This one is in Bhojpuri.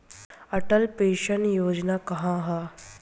अटल पेंशन योजना का ह?